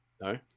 No